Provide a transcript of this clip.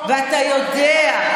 ואתה יודע,